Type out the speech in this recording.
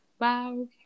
wow